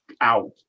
out